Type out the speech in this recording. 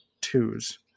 twos